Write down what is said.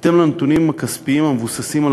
בהתאם לנתונים הכספיים המבוססים על